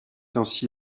ainsi